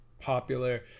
popular